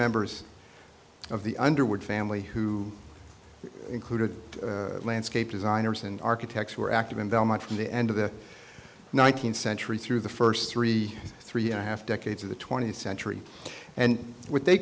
members of the underwood family who included landscape designers and architects who were active in belmont from the end of the nineteenth century through the first three three and a half decades of the twentieth century and what they